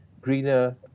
greener